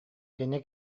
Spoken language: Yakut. кини